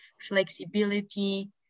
flexibility